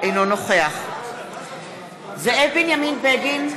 אינו נוכח זאב בנימין בגין,